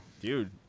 dude